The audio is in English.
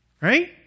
Right